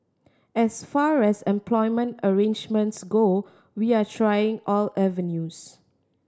as far as employment arrangements go we are trying all avenues